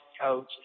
coach